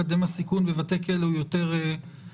מקדם הסיכון בבתי כלא הוא יותר גבוה.